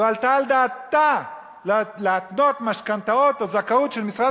לא העלתה על דעתה להתנות משכנתאות או זכאות של משרד